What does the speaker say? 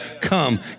come